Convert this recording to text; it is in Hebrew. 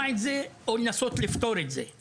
את זה או לפתור את זה היא של כולנו כחברה.